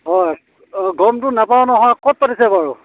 হয় অঁ গমটো নাপাওঁ নহয় ক'ত পাতিছে বাৰু